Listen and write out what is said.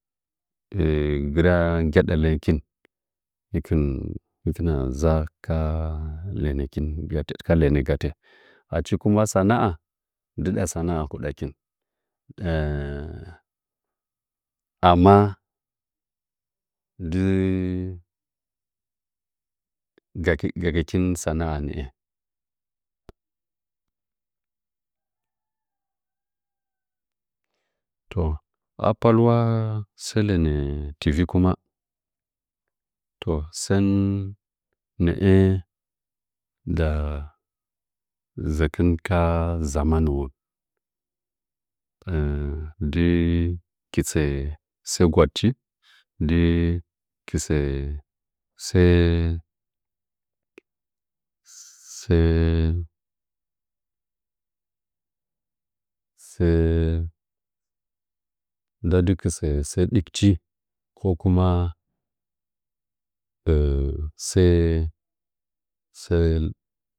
gira gyadaləngəkin hɨkin hɨkina za ka lənəkin a lənə gatə achikuma sana'a ndɨ da sana'a hudakin amma dɨ gəgɨkin sana'a nə'ə toh wa patwa sə lənə tivi to sən nə'ə nda nzəkɨn kaa zamanuwən dɨ kɨtsə səə gwadihi dɨ kitsə səə səə səə nda ndɨ kɨ tsə sə ɗik chi ko kuma see see